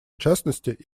частности